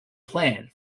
plan